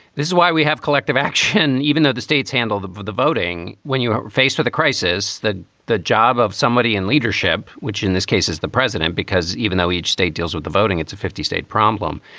this is why we have collective action, even though the states handled the the voting. when you're faced with a crisis that the job of somebody in leadership, which in this case is the president, because even though each state deals with the voting, it's a fifty state problem.